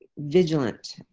vigilant,